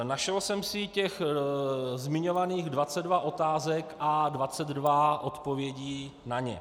Našel jsem si těch zmiňovaných 22 otázek a 22 odpovědí na ně.